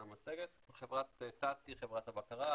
חברת TASC היא חברת הבקרה,